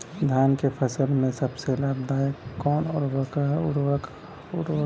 धान के फसल में सबसे लाभ दायक कवन उर्वरक होला?